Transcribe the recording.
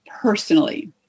personally